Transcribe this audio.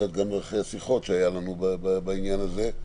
גם אחרי שיחות שהיו לנו בעניין הזה,